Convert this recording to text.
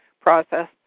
process